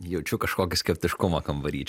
jaučiu kažkokį skeptiškumą kambary